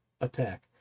attack